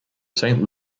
saint